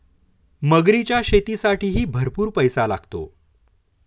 मगरीच्या शेतीसाठीही भरपूर पैसा लागतो